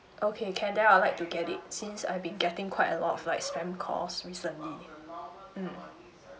okay can then I'll like to get it since I be getting quite a lot of like spam calls recently mm